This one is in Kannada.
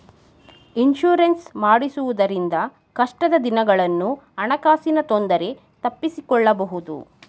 ಇನ್ಸೂರೆನ್ಸ್ ಮಾಡಿಸುವುದರಿಂದ ಕಷ್ಟದ ದಿನಗಳನ್ನು ಹಣಕಾಸಿನ ತೊಂದರೆ ತಪ್ಪಿಸಿಕೊಳ್ಳಬಹುದು